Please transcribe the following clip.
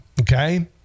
Okay